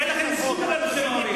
אין לכם זכות לדבר בשם העולים.